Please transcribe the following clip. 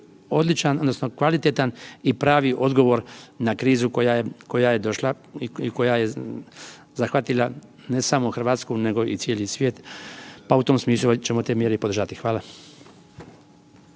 odličan odnosno kvalitetan i pravi odgovor na krizu koja je došla i koja je zahvatila ne samo Hrvatsku nego i cijeli svijet pa u tom smislu valjda ćemo i te mjere podržati. Hvala.